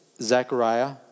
Zechariah